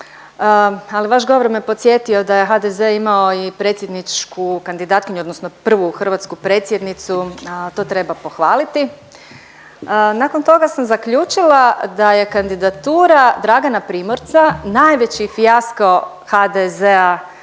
Ali vaš govor me podsjetio da je HDZ imao i predsjedničku kandidatkinju, odnosno prvu hrvatsku predsjednicu, to treba pohvaliti. Nakon toga sam zaključila da je kandidatura Dragana Primorca najveći fijasko HDZ-a